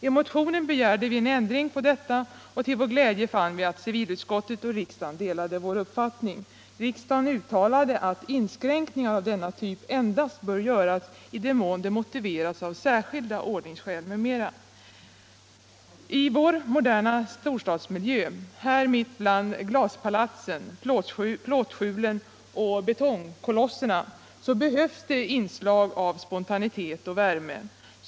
I motionen begärde vi en ändring på detta, och till vår glädje fann vi att civilutskottet och riksdagen delade vår uppfattning. Riksdagen uttalade att inskränkningar av denna typ endast bör göras i den mån de motiveras av särskilda ordningsskäl m.m. 93 I vår moderna storstadsmiljö, här mitt bland glaspalatsen, plåtskjulen och betongkolosserna behövs det inslag av spontanitet och värme.